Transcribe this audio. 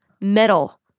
metal